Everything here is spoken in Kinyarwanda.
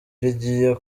rigiye